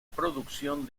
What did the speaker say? producción